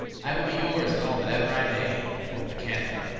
i will be yours in all that ever i may. quoth the canon,